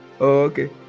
Okay